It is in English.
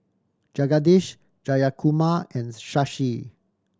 Jagadish Jayakumar and Shashi